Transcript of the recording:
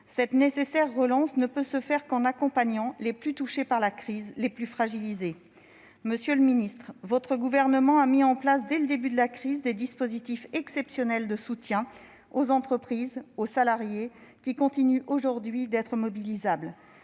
est nécessaire, mais elle ne peut se faire qu'en accompagnant les plus touchés par la crise, les plus fragilisés. Monsieur le ministre, le gouvernement auquel vous appartenez a mis en place dès le début de la crise des dispositifs exceptionnels de soutien aux entreprises et aux salariés, lesquels continuent aujourd'hui d'être mobilisables.